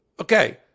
Okay